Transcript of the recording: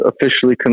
officially